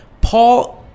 Paul